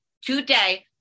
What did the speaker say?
today